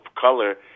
color